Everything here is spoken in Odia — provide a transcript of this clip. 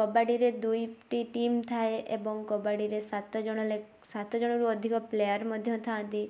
କବାଡ଼ିରେ ଦୁଇ ଟି ଟିମ ଥାଏ ଏବଂ କବାଡ଼ିରେ ସାତ ଜଣ ଲେ ସାତ ଜଣରୁ ଅଧିକ ପ୍ଲେୟାର ମଧ୍ୟ ଥାଆନ୍ତି